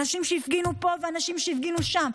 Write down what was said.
אנשים שהפגינו פה ואנשים שהפגינו שם,